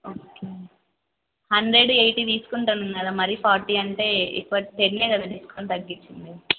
okay hundred eighty తీసుకుంటాం కదా మరీ ఫార్టీ అంటే ఎక్కువ టెన్నే కదా డిస్కౌంట్ తగ్గించింది